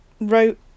wrote